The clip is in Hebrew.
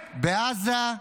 בעזה,